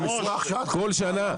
כל שנה.